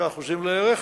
ב-25% לערך.